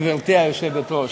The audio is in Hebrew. גברתי היושבת-ראש.